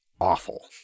awful